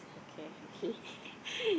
okay